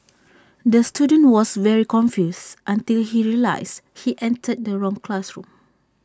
the student was very confused until he realised he entered the wrong classroom